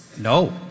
No